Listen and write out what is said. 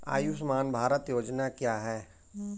आयुष्मान भारत योजना क्या है?